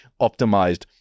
optimized